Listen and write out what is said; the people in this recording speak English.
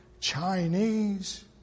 Chinese